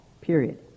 Period